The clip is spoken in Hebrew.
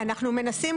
אנחנו מנסים